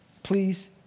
Please